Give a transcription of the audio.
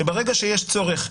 שברגע שיש צורך,